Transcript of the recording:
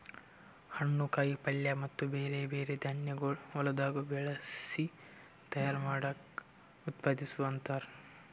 ಹಣ್ಣು, ಕಾಯಿ ಪಲ್ಯ ಮತ್ತ ಬ್ಯಾರೆ ಬ್ಯಾರೆ ಧಾನ್ಯಗೊಳ್ ಹೊಲದಾಗ್ ಬೆಳಸಿ ತೈಯಾರ್ ಮಾಡ್ದಕ್ ಉತ್ಪಾದಿಸು ಅಂತಾರ್